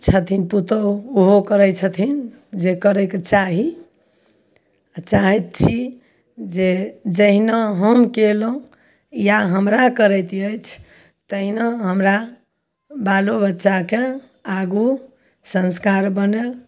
छथिन पुतौह ओहो करै छथिन जे करयके चाही तऽ चाहै छी जे जहिना केलहुॅं या हमरा करैत अछि तहिना हमरा बालो बच्चाके आगू संस्कार बनय